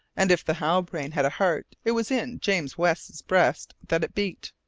and if the halbrane had a heart it was in james west's breast that it beat.